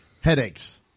headaches